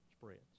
spreads